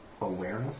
Awareness